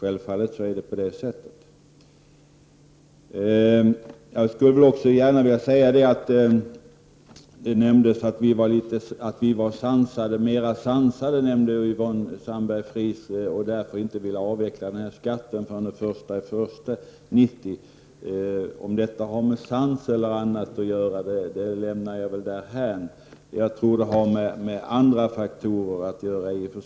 Yvonne Sandberg-Fries menade att socialdemokraterna är mera sansade än vi när de inte vill avveckla skatten förrän den 1 januari 1990. Jag tror inte att detta har att göra med deras sans utan sammanhänger med andra faktorer.